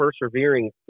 persevering